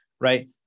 right